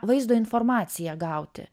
vaizdo informaciją gauti